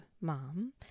mom